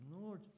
Lord